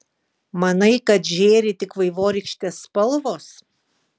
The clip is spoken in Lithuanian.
manai kad žėri tik vaivorykštės spalvos